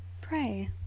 Pray